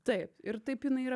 taip ir taip jinai yra